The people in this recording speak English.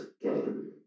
game